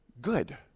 good